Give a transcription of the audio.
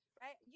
right